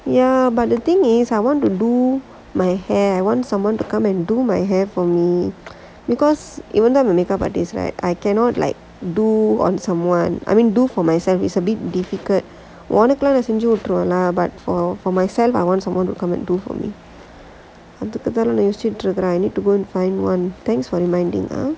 ya but the thing is I want to do my hair I want someone to come and do my hair for me because even though I'm a makeup artist right I cannot like do on someone I mean do for myself it's a bit difficult உனகெல்லாம் நான் செஞ்சு விற்றுவேன்:unakku ellaam senju vittruvaen lah but for for myself I want someone to come and do for me அதுக்கு தான் நான் யோசிசுட்டி இருக்கேன்:athukku thaan naan yosichutti irukkaen I need to go and find [one] thanks for reminding ah